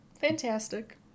Fantastic